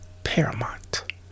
Paramount